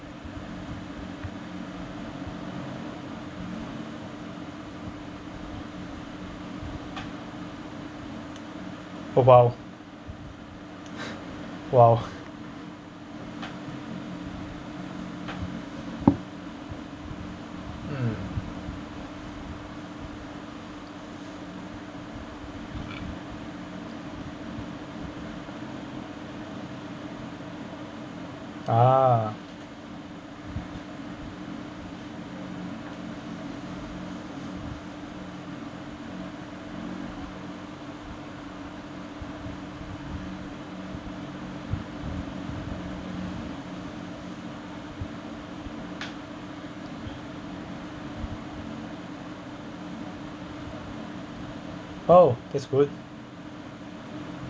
oh !wow! !wow! mm ah oh that's good